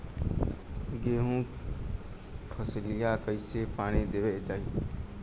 गेहूँक फसलिया कईसे पानी देवल जाई?